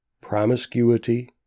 promiscuity